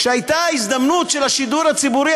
כשהייתה הזדמנות לשידור הציבורי,